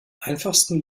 einfachsten